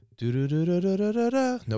no